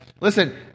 Listen